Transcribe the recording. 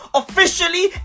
officially